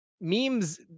memes